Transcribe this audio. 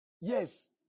yes